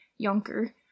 yonker